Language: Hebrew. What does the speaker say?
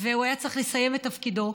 והוא היה צריך לסיים את תפקידו.